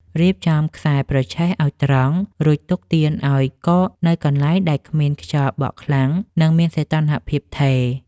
រៀបចំខ្សែប្រឆេះឱ្យត្រង់ រួចទុកទៀនឱ្យកកនៅកន្លែងដែលគ្មានខ្យល់បក់ខ្លាំង និងមានសីតុណ្ហភាពថេរ។